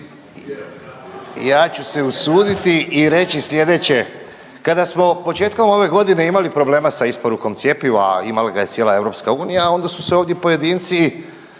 ja ću se usuditi i reći slijedeće. Kada smo početkom ove godine imali problema sa isporukom cjepiva, a imala ga je cijela EU, onda su se ovdje pojedinci